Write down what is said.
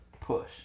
Push